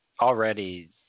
already